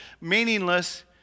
meaningless